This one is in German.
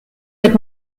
mit